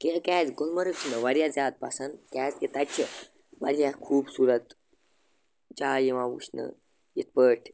کہِ کیٛازِ گُلمَرگ چھُ مےٚ واریاہ زیادٕ پَسنٛد کیازِکہِ تَتہِ چھِ واریاہ خوٗبصوٗرت جاے یِوان وُچھنہٕ یِتھٕ پٲٹھۍ